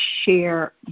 share